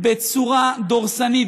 בצורה דורסנית,